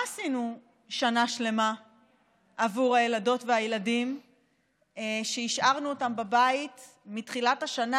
מה עשינו שנה שלמה עבור הילדות והילדים שהשארנו אותם בבית מתחילת השנה,